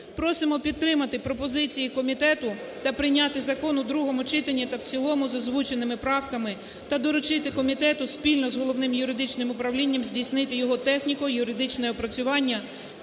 Просимо підтримати пропозиції комітету та прийняти закон у другому читанні та в цілому з озвученими правками та доручити комітету спільно з Головним юридичним управлінням здійснити його техніко-юридичне опрацювання